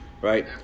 Right